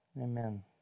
Amen